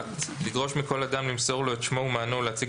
(1)לדרוש מכל אדם למסור לו את שמו ומענו ולהציג